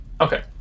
Okay